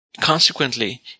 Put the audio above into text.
Consequently